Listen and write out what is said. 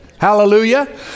hallelujah